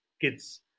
kids